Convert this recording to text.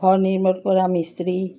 ঘৰ নিৰ্মাণ কৰা মিস্ত্ৰী